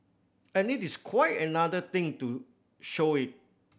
and it is quite another thing to show it